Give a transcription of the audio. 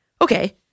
Okay